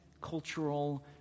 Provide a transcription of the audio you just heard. cultural